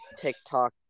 tiktok